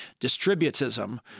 distributism